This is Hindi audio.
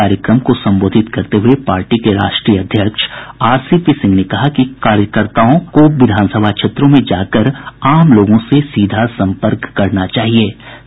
कार्यक्रम को संबोधित करते हुये पार्टी के राष्ट्रीय अध्यक्ष आरसीपी सिंह ने कार्यकर्ताओं से विधान सभा क्षेत्रों में जाकर आम लोगों से सीधा सम्पर्क बनाने को कहा